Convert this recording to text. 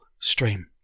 stream